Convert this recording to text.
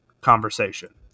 conversation